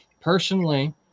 personally